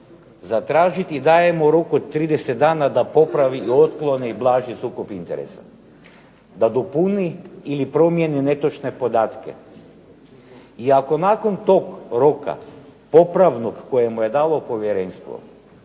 zatražiti, i daje mu rok od 30 dana da popravi i otkloni blaži sukob interesa. Da dopuni ili promijeni netočne podatke. I ako nakon tog roka popravnog koje mu je dalo povjerenstvo